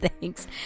thanks